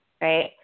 Right